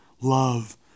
love